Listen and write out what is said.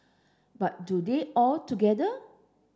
but do them all together